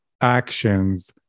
actions